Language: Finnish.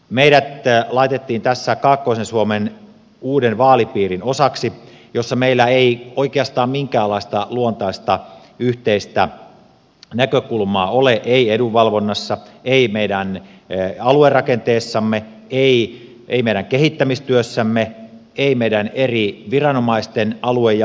meidät laitettiin tässä kaakkoisen suomen uuden vaalipiirin osaksi jossa meillä ei oikeastaan minkäänlaista luontaista yhteistä näkökulmaa ole ei edunvalvonnassa ei meidän aluerakenteessamme ei meidän kehittämistyössämme ei meidän eri viranomaisten aluejaossa